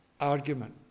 argument